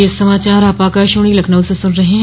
ब्रे क यह समाचार आप आकाशवाणी लखनऊ से सुन रहे हैं